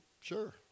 sure